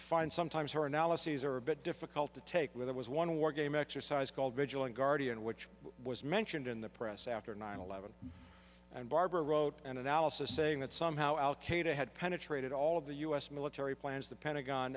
find sometimes her analyses are a bit difficult to take where there was one war game exercise called vigilant guardian which was mentioned in the press after nine eleven and barbara wrote an analysis saying that somehow al qaeda had penetrated all of the us military plans the pentagon